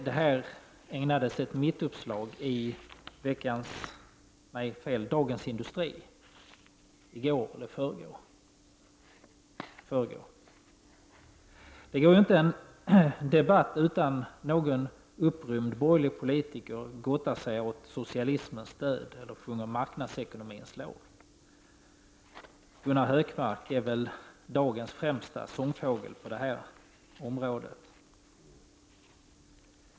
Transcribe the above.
Detta ägnades ett mittuppslag i Dagens Industri i förrgår. Det går inte en debatt utan att någon upprymd borgerlig politiker gottar sig åt socialismens död och sjunger marknadsekonomins lov. Gunnar Hökmark är väl dagens främsta sångfågel på detta område.